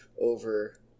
over